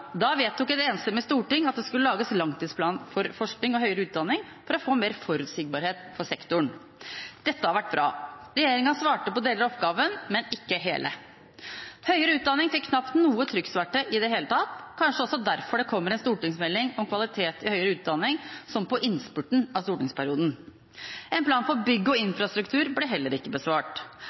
Da vedtok et enstemmig storting at det skulle lages en langtidsplan for forskning og høyere utdanning for å få større forutsigbarhet for sektoren. Dette har vært bra. Regjeringa svarte på deler av oppgaven, men ikke hele. Høyere utdanning fikk knapt noe trykksverte i det hele tatt, og det er kanskje derfor det kommer en stortingsmelding om kvalitet i høyere utdanning sånn i innspurten av stortingsperioden. En plan for bygg og infrastruktur ble heller ikke besvart.